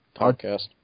podcast